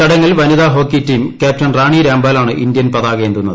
ചടങ്ങിൽ വനിതാ hockey team captain Rani രാംപാലാണ് ഇന്ത്യൻ പതാകയേന്തുന്നത്